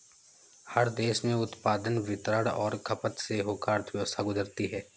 हर देश में उत्पादन वितरण और खपत से होकर अर्थव्यवस्था गुजरती है